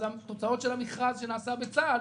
אז התוצאות של המכרז שנעשה בצה"ל,